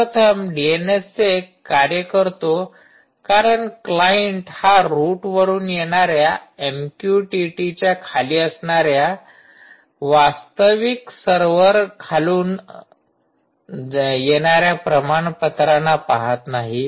सर्वप्रथम DNSSEC कार्य करतो कारण क्लाइंट हा रूटवरून येणाऱ्या एमक्यूटीटीच्या खाली असणाऱ्या वास्तविक सर्वर खालून येणाऱ्या प्रमाणपत्राना पाहत नाही